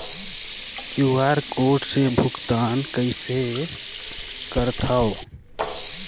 QR code से भुगतान कइसे करथव?